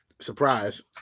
Surprise